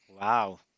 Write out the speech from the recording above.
Wow